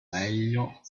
meglio